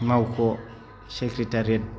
मावख' सेक्रेटेरियेट